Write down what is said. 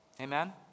amen